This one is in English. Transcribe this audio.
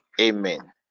Amen